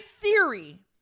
theory